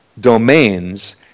domains